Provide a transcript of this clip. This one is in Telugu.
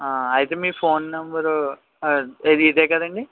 అయితే మీ ఫోన్ నెంబరు ఏది ఇదే కదండి